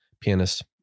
pianist